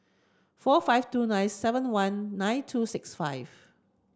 four five two nine seven one nine two six five